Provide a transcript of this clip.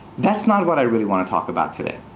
that's not what i really want to talk about today.